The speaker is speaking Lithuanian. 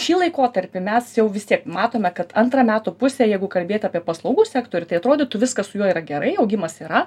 šį laikotarpį mes jau vis tiek matome kad antrą metų pusę jeigu kalbėt apie paslaugų sektorių tai atrodytų viskas su juo yra gerai augimas yra